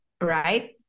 Right